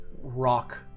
rock